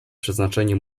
przeznaczenie